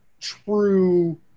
true